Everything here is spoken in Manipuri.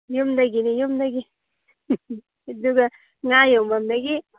ꯌꯨꯝꯗꯒꯤꯅꯤ ꯌꯨꯝꯗꯒꯤ ꯑꯗꯨꯒ ꯉꯥ ꯌꯣꯟꯐꯝꯗꯒꯤ